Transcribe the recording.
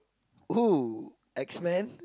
oh X-Men